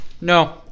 No